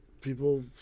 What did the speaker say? people